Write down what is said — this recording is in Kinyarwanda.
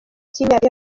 cy’imyaka